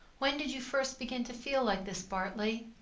when did you first begin to feel like this, bartley?